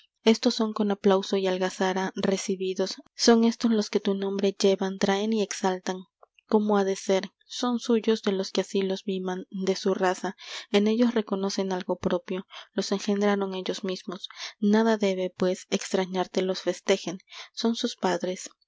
éstos son con aplauso y algazara recibidos son éstos los que tu nombre llevan traen y exaltan cómo ha de ser son suyos de los que así los miman de su raza en ellos reconocen algo propio los engendraron ellos mismos nada debe pues extrañarte los festejen son sus padres